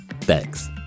Thanks